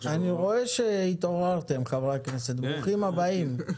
אני רואה שהתעוררתם, חברי הכנסת, ברוכים הבאים.